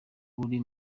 uri